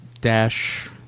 dash